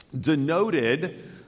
denoted